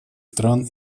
стран